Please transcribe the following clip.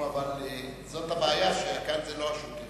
נו, אבל זאת הבעיה, שכאן זה לא השוטף.